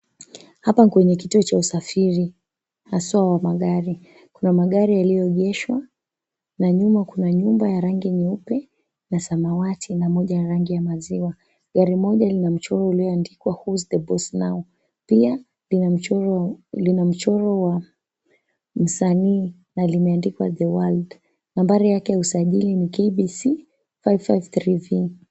Hapa ni kwenye kituo cha usafiri haswa wa magari kuna magari yaliyoegeshwa na nyuma kuna nyumba ya rangi nyeupe na samawati na moja ya rangi ya maziwa, gari moja lina mchoro uliondikwa, Who Is The Boss Now. PIa lina mchoro wa msanii na limeandikwa, The World. Nambari yake ya usajili ni KBC 553V.